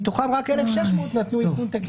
מתוכם רק 1,600 נתנו איכון מקום.